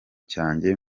cyanjye